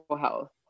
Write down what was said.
health